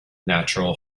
natural